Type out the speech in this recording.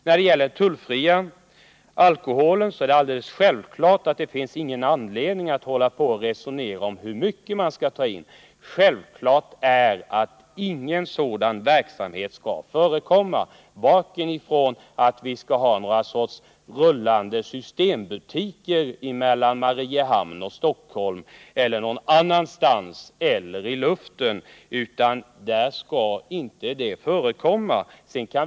När det gäller den tullfria alkoholen finns det givetvis inte någon anledning att hålla på och resonera om hur mycket man skall få ta in. Självklart är att ingen sådan inköpsverksamhet skall förekomma i form av låt mig säga flytande skattefria systembutiker — varken mellan Mariehamn och Stockholm eller några andra platser eller i luften. Här skall helt enkelt inte förekomma någon sådan verksamhet.